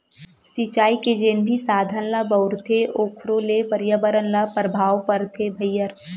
सिचई के जेन भी साधन ल बउरथे ओखरो ले परयाबरन ल परभाव परथे भईर